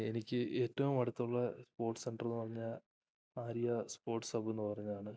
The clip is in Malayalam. എനിക്ക് ഏറ്റവും അടുത്തുള്ള സ്പോർട്സ് സെൻറ്ററെന്നു പറഞ്ഞാല് ആര്യ സ്പോർട്സ് ഹബ്ബെന്നു പറഞ്ഞതാണ്